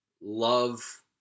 love